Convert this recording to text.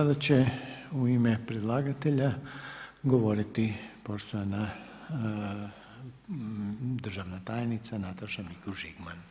Sada će u ime predlagatelja, govoriti poštovana državna tajnica Nataša Mikuš Žigman.